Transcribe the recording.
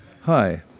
Hi